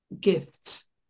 gifts